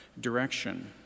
direction